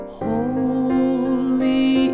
holy